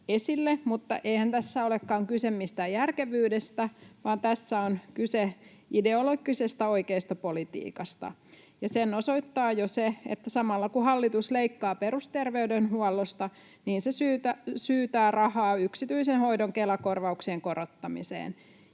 mutta eihän tässä olekaan kyse mistään järkevyydestä, vaan tässä on kyse ideologisesta oikeistopolitiikasta. Sen osoittaa jo se, että samalla kun hallitus leikkaa perusterveydenhuollosta, se syytää rahaa yksityisen hoidon Kela-korvauksien korottamiseen,